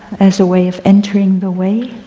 as a way of entering the way.